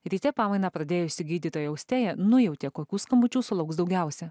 ryte pamainą pradėjusi gydytoja austėja nujautė kokių skambučių sulauks daugiausia